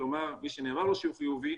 כלומר מי שנאמר לו שהוא חיובי,